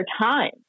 time